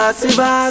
siva